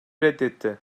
reddetti